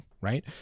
right